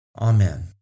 Amen